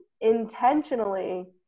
intentionally